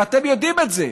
ואתם יודעים את זה.